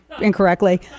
incorrectly